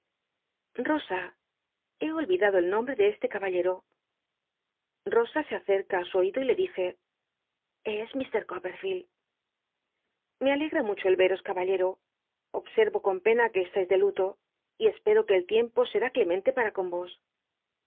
he olvidado el nombre de este caballero n osa se acerca i su oido y le dice es mr copperfield me alegra mucho el y eros caballero ohsel o con pena que cst li de lulo y espero que el tiempo seni clemente para con vos